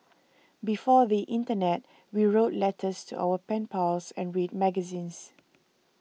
before the internet we wrote letters to our pen pals and read magazines